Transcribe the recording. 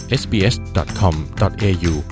sbs.com.au